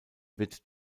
wird